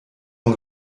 von